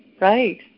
right